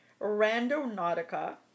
randonautica